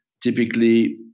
typically